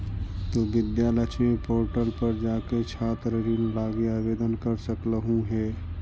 तु विद्या लक्ष्मी पोर्टल पर जाके छात्र ऋण लागी आवेदन कर सकलहुं हे